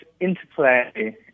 interplay